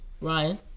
Ryan